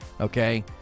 okay